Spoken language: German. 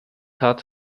hat